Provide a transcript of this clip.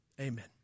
Amen